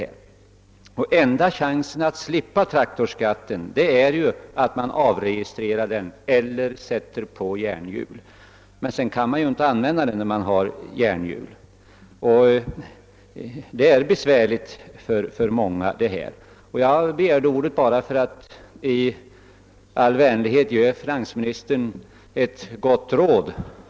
Den enda chansen att slippa traktorskatten är att man avregistrerar sin traktor eller sätter på järnhjul, men om den har järnhjul kan man inte använda den. Jag begärde ordet bara för att i all vänlighet ge finansministern ett gott råd.